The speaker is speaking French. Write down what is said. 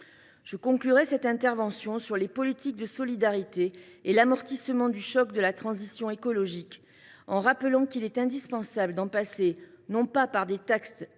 Je conclurai cette intervention sur les politiques de solidarité et l’amortissement du choc de la transition écologique en rappelant qu’il est indispensable d’en passer non pas par des taxes à